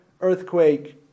earthquake